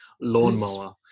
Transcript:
lawnmower